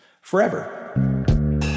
forever